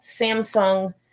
Samsung